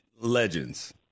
legends